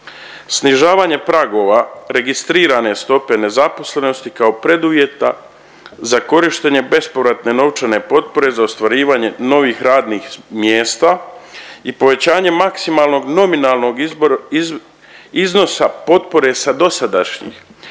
snižavanje pragova registrirane stope nezaposlenosti kao preduvjeta za korištenje bespovratne novčane potpore za ostvarivanje novih radnih mjesta i povećanje maksimalnog nominalnog iznosa potpore sa dosadašnjih